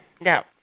No